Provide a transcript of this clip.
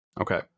Okay